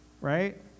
right